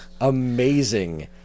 amazing